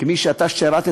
כמי ששירת,